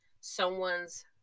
someone's